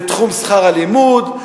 לתחום שכר הלימוד,